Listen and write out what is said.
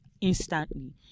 instantly